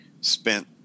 spent